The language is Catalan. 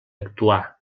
actuar